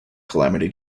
calamity